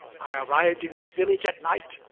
i arrived in this village at night,